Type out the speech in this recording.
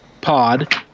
Pod